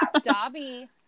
Dobby